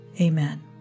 Amen